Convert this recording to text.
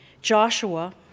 Joshua